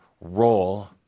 role